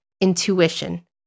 intuition